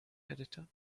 editor